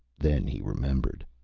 then he remembered.